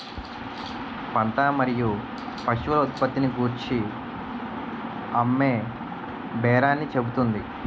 పంట మరియు పశువుల ఉత్పత్తిని గూర్చి అమ్మేబేరాన్ని చెబుతుంది